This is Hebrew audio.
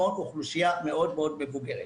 המון אוכלוסייה מאוד מבוגרת.